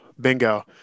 bingo